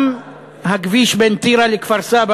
גם הכביש בין טירה לכפר-סבא,